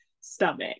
stomach